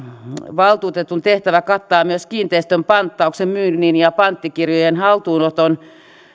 valtuutetun tehtävä kattaa myös kiinteistön panttauksen myynnin ja panttikirjojen haltuunoton